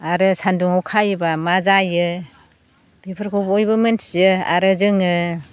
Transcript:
आरो सानदुङाव खायोबा मा जायो बेफोरखौ बयबो मोनथियो आरो जोङो